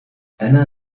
أنا